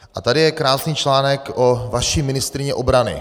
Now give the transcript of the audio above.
A tady je krásný článek o vaší ministryni obrany.